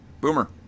Boomer